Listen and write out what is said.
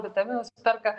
vitaminus perka